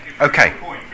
Okay